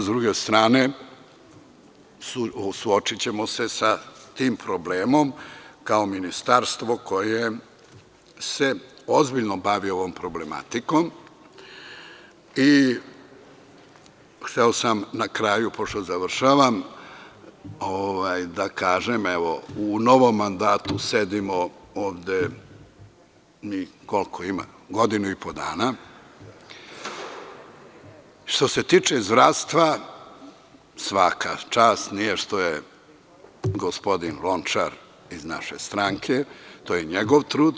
Sa druge strane suočićemo se sa tim problemom kao ministarstvo koje se ozbiljno bavi ovom problematikom i hteo sam na kraju, pošto završavam, da kažem, evo u novom mandatu sedimo ovde mi, koliko ima godinu i po dana, što se tiče zdravstva svaka čast, nije što je gospodin Lončar iz naše stranke, to je njegov trud.